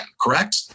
correct